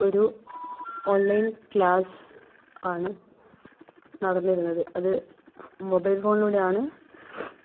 ഒരു online class ആണ് നടന്നിരുന്നത് അത് മൊബൈൽ ഫോണിലൂടെ ആണ്